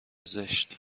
زشت